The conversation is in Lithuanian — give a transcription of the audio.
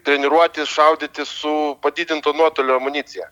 treniruotis šaudyti su padidinto nuotolio amunicija